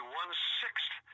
one-sixth